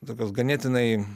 tokios ganėtinai